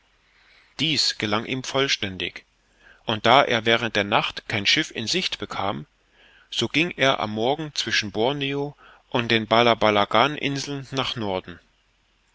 dies gelang ihm vollständig und da er während der nacht kein schiff in sicht bekam so ging er am morgen zwischen borneo und den balabalagan inseln nach norden